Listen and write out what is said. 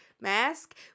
mask